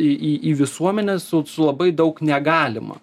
į į į visuomenę su su labai daug negalima